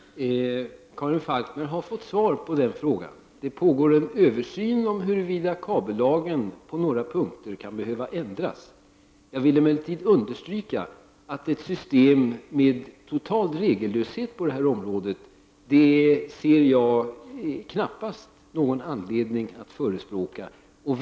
Herr talman! Karin Falkmer har fått svar på den frågan. Det pågår en översyn av frågan huruvida kabellagen på några punkter kan behöva ändras. Jag vill emellertid understryka att jag knappast ser någon anledning att förespråka ett system med total regellöshet på detta område.